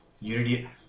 Unity